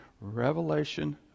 revelation